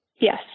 Yes